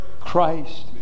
Christ